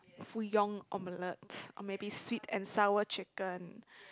Fu-Yong omelette or maybe sweet and sour chicken